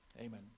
amen